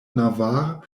navarre